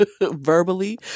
verbally